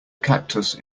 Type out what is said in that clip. cactus